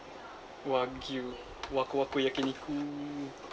wagyu wakuwaku yakiniku